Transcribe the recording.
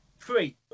Three